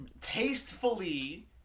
Tastefully